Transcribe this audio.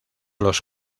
los